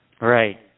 Right